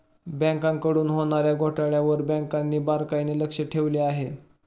बँकांकडून होणार्या घोटाळ्यांवर बँकांनी बारकाईने लक्ष ठेवले आहे